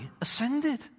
ascended